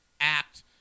act